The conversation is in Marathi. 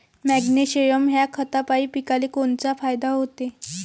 मॅग्नेशयम ह्या खतापायी पिकाले कोनचा फायदा होते?